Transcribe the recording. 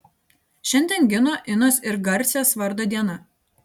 šiandien gino inos ir garsės vardo diena